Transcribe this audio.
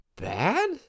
bad